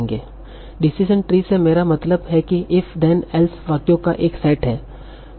decision tree से मेरा मतलब है कि if then else वाक्यों का एक सेट है